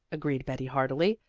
agreed betty heartily.